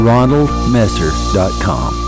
RonaldMesser.com